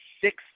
Six